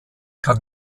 kann